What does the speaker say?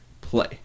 play